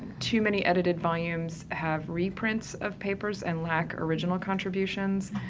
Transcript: too many edited volumes have reprints of papers and lack original contributions,